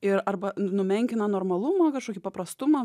ir arba numenkina normalumą kažkokį paprastumą